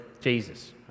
Jesus